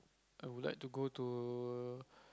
I would like to go to